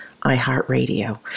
iHeartRadio